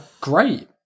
great